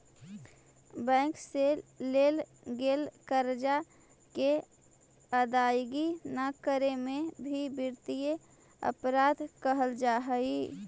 bank से लेल गेल कर्जा के अदायगी न करे में भी वित्तीय अपराध कहल जा हई